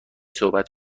صحبت